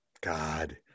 God